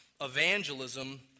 evangelism